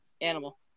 animal